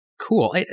Cool